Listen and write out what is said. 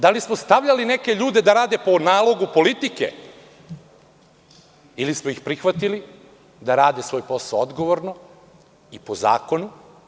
Da li smo stavljali neke ljude da rade po nalogu politike ili smo ih prihvatili da rade svoj posao odgovorno i po zakonu?